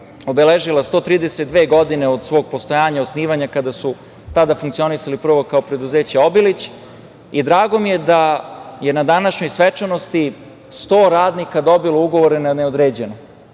obeležila 132 godine od svog postojanja, osnivanja, kada su funkcionisali kao preduzeće „Obilić“ i drago mi je da je na današnjoj svečanosti 100 radnika dobilo ugovore na neodređeno,